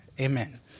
Amen